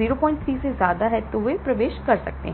03 है तो वे प्रवेश करते हैं